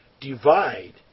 divide